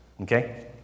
okay